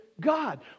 God